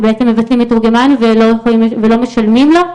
שבעצם מבטלים מתורגמן ולא משלמים לו.